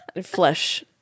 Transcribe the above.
flesh